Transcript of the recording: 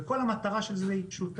וכל המטרה של זה היא פשוטה